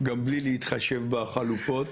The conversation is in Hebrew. גם בלי להתחשב בחלופות.